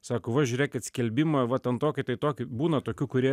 sako va žiūrėkit skelbimą va ten tokį tai tokį būna tokių kurie